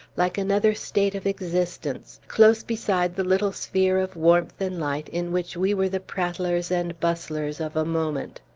like another state of existence, close beside the little sphere of warmth and light in which we were the prattlers and bustlers of a moment.